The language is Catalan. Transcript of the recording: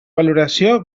valoració